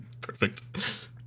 perfect